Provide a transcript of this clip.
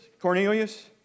Cornelius